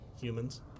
humans